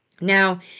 Now